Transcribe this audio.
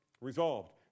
Resolved